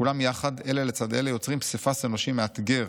כולם יחד, אלא לצד אלה, יוצרים פסיפס אנושי מאתגר.